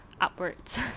upwards